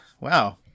Wow